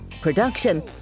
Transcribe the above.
production